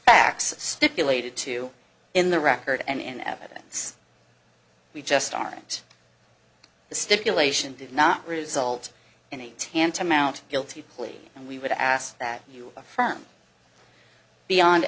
facts stipulated to in the record and in evidence we just aren't the stipulation did not result in a tantamount guilty plea and we would ask that you affirm beyond